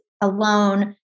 alone